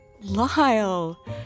Lyle